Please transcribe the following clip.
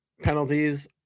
penalties